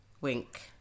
wink